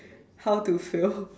how to fail